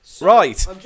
right